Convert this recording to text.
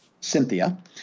Cynthia